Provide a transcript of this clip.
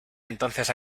entonces